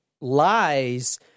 lies